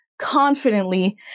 confidently